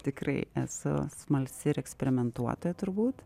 tikrai esu smalsi ir eksperimentuotoja turbūt